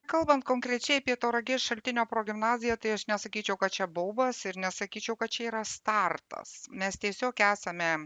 kalbant konkrečiai apie tauragės šaltinio progimnaziją tai aš nesakyčiau kad čia baubas ir nesakyčiau kad čia yra startas mes tiesiog esame